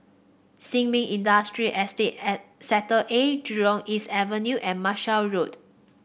Sin Ming Industrial Estate Sector A Jurong East Avenue and Marshall Road